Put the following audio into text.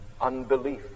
unbelief